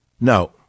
No